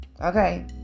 Okay